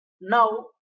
now